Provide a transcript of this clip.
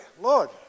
Lord